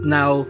now